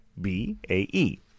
B-A-E